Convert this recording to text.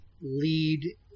lead